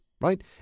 right